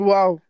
Wow